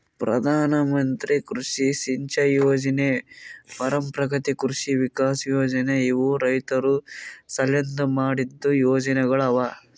ಪ್ರಧಾನ ಮಂತ್ರಿ ಕೃಷಿ ಸಿಂಚೈ ಯೊಜನೆ, ಪರಂಪ್ರಗತಿ ಕೃಷಿ ವಿಕಾಸ್ ಯೊಜನೆ ಇವು ರೈತುರ್ ಸಲೆಂದ್ ಮಾಡಿದ್ದು ಯೊಜನೆಗೊಳ್ ಅವಾ